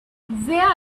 where